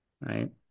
right